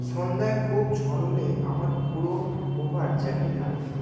সন্ধ্যায় খুব ঝড় হলে আমার পুরো কভার জ্যাকেট লাগবে